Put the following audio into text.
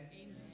Amen